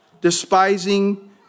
despising